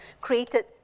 created